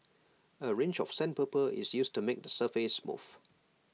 A range of sandpaper is used to make the surface smooth